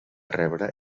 rebre